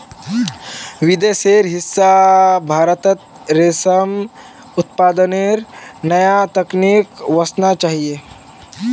विदेशेर हिस्सा भारतत रेशम उत्पादनेर नया तकनीक वसना चाहिए